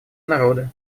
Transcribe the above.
народы